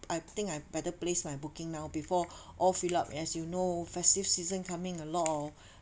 I think I better place my booking now before all fill up as you know festive season coming a lot of